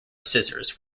scissors